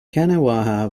kanawha